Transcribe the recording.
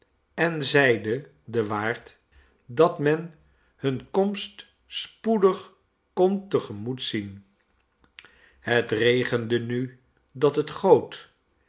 en zeide den waard dat men hunne komst spoedig kon te gemoet zien het regende nu dat het goot